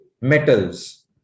metals